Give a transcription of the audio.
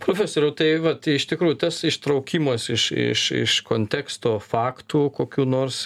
profesoriau tai vat iš tikrųjų tas ištraukimas iš iš iš konteksto faktų kokių nors